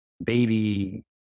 baby